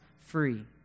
free